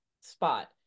spot